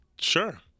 Sure